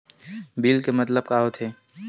Bill के मतलब का होथे?